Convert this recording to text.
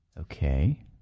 Okay